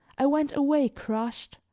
i went away crushed,